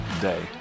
day